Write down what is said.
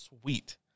Sweet